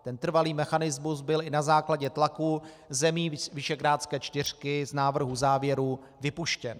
Ten trvalý mechanismus byl i na základě tlaku zemí Visegrádské čtyřky z návrhu závěrů vypuštěn.